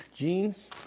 jeans